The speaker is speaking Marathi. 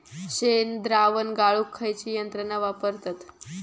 शेणद्रावण गाळूक खयची यंत्रणा वापरतत?